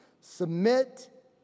Submit